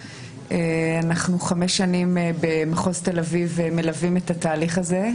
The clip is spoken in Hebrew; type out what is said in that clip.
אנחנו חמש שנים במחוז תל אביב מלווים את התהליך הזה,